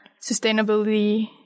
sustainability